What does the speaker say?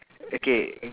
okay